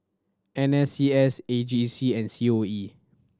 N S C S A G C and C O E